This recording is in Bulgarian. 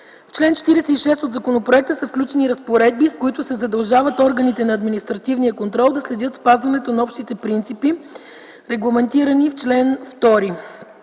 В чл. 46 от законопроекта са включени разпоредби, с които се задължават органите на административния контрол да следят спазването на общите принципи, регламентирани в чл. 2.